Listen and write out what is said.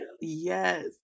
Yes